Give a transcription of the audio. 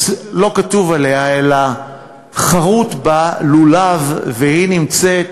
לא כתוב עליה, אלא חרוט בה, לולב, והיא נמצאת